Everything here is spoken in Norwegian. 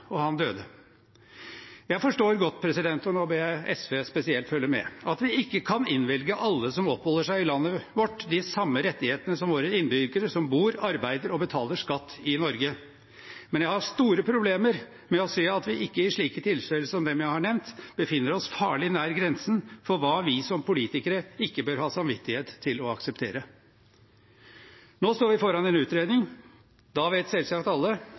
og han døde Jeg forstår godt, og nå ber jeg SV følge spesielt med, at vi ikke kan innvilge alle som oppholder seg i landet vårt, de samme rettighetene som våre innbyggere som bor, arbeider og betaler skatt i Norge. Men jeg har store problemer med å se at vi ikke i slike tilfeller som dem jeg har nevnt, befinner oss farlig nær grensen for hva vi som politikere ikke bør ha samvittighet til å akseptere. Nå står vi foran en utredning. Da vet selvsagt alle